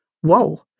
Whoa